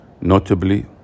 Notably